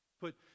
put